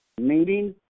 Meeting